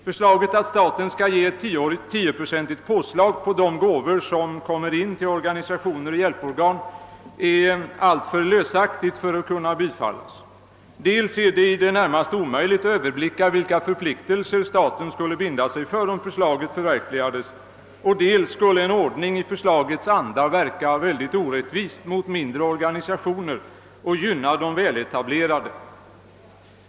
Förslaget att staten skall ge ett 10-procentigt påslag på de gåvor som kommer in till organisationer och hjälporgan är alltför lösaktigt för att kunna bifallas. Dels är det i det närmaste omöjligt att överblicka vilka förpliktel ser staten skulle binda sig för om förslaget förverkligades, dels skulle en ordning i förslagets anda verka mycket orättvis mot mindre organisationer och gynna de väletablerade.